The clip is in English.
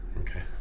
Okay